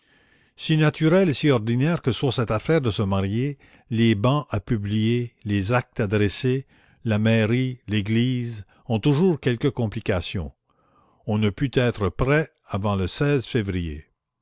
si naturelle et si ordinaire que soit cette affaire de se marier les bans à publier les actes à dresser la mairie l'église ont toujours quelque complication on ne put être prêt avant le février